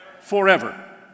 Forever